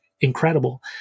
incredible